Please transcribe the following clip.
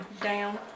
down